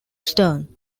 stern